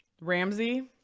Ramsey